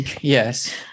Yes